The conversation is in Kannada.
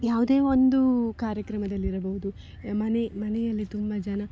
ಯಾವುದೇ ಒಂದು ಕಾರ್ಯಕ್ರಮದಲ್ಲಿರಬಹುದು ಮನೆ ಮನೆಯಲ್ಲಿ ತುಂಬ ಜನ